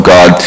God